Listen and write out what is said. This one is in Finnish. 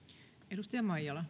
arvoisa